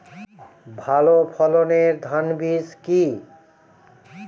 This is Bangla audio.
ভালো ফলনের ধান বীজ কি?